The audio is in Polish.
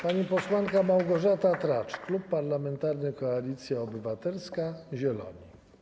Pani posłanka Małgorzata Tracz, klub parlamentarny Koalicja Obywatelska - Zieloni.